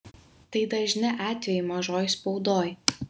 tai dažni atvejai mažoj spaudoj